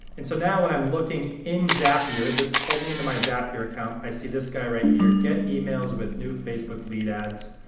and so now when i'm looking in zapier, this pulled me into my zapier account, i see this guy right here, get emails with new facebook lead ads.